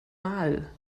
mal